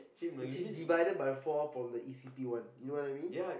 which is divided by four from the eve city one you know what I mean